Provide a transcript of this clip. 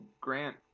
Grant